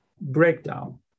breakdown